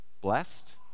Blessed